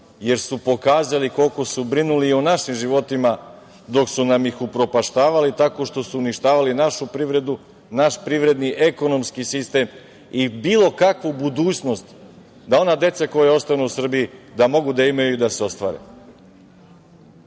jer su pokazali koliko su brinuli i o našim životima dok su nam ih upropaštavali, tako što su uništavali našu privredu, naš privredni i ekonomski sistem i bilo kakvu budućnost da ona deca koja ostanu u Srbiji da mogu da imaju i da se ostvare. Nema